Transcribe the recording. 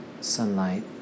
Sunlight